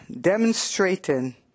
demonstrating